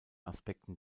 aspekten